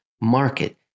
market